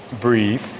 Breathe